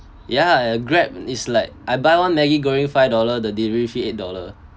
ya grab is like I buy one maggi goreng five dollar the delivery fee eight dollar